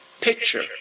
picture